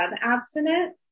abstinent